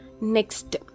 Next